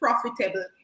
profitable